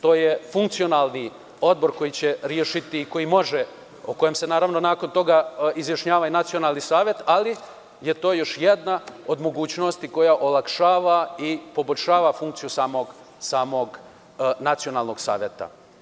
To je funkcionalni odbor o kojem se naravno nakon toga izjašnjava i Nacionalni savet, ali je to još jedna od mogućnosti koja olakšava i poboljšava funkciju samog Nacionalnog saveta.